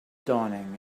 dawning